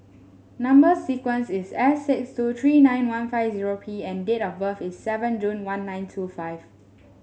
number sequence is S six two three nine one five zero P and date of birth is seven June one nine two five